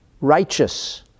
Righteous